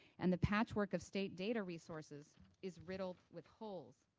and the patchwork of state data resources is riddled with holes.